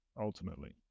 ultimately